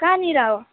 कहाँनिर हो